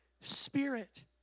Spirit